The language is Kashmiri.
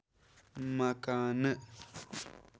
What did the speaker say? مکانہٕ